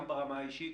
גם ברמה האישית,